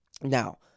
Now